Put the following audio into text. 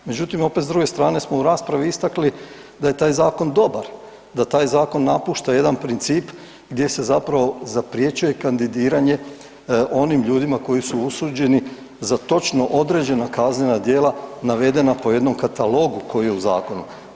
Međutim opet s druge strane smo u raspravi istakli da je taj zakon dobar, da taj zakon napušta jedan princip gdje se zapravo zaprječuje kandidiranje onim ljudima koji su osuđeni za točno određena kaznena djela navedena po jednom katalogu koji je u zakonu.